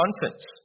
nonsense